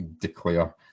declare